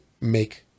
make